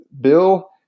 Bill